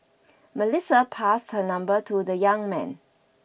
Melissa passed her number to the young man